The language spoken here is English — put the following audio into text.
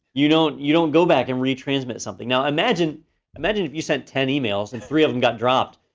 you don't you don't go back and re-transmit something. now imagine imagine if you sent ten emails, and three of them got dropped.